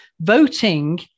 voting